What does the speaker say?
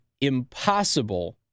impossible